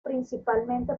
principalmente